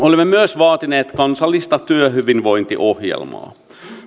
olemme myös vaatineet kansallista työhyvinvointiohjelmaa